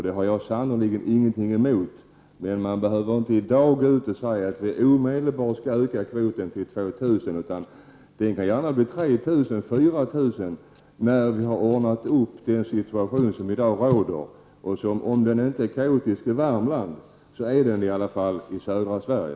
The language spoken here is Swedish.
Det har jag sannerligen ingenting emot, men man behöver inte i dag gå ut och säga att vi omedelbart skall öka kvoten till 2 000. Det kan gärna bli 3 000 eller 4 000 när vi har ordnat upp den situation som råder i dag. Om den inte är kaotisk i Värmland, är den det i alla fall i södra Sverige.